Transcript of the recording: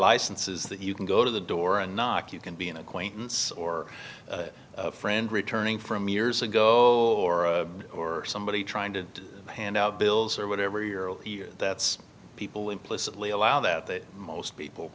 license is that you can go to the door and knock you can be an acquaintance or a friend returning from years ago or or somebody trying to hand out bills or whatever you're all here that's people implicitly allow that that most people